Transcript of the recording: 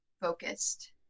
focused